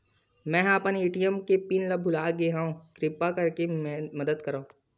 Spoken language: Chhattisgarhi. मेंहा अपन ए.टी.एम के पिन भुला गए हव, किरपा करके मदद करव